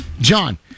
John